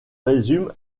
résume